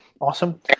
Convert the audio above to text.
Awesome